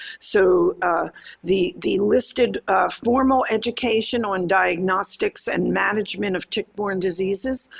so the the listed formal education on diagnostics and management of tick borne-diseases,